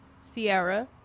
Sierra